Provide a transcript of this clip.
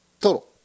Total